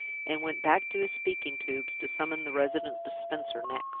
and went back to his speaking-tubes to summon the resident dispenser next.